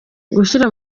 gushyira